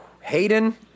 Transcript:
Hayden